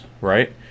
right